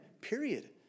period